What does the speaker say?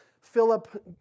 Philip